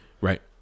Right